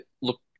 look